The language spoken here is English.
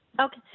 Okay